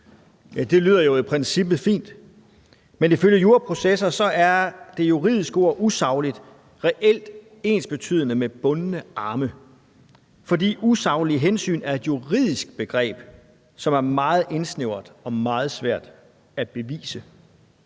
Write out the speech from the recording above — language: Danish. Det lyder jo i princippet fint, men ifølge en juraprofessor er det juridiske ord usagligt reelt ensbetydende med bundne arme, fordi usaglige hensyn er et juridisk begreb, som er meget indsnævret og meget svært at bevise.